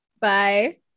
Bye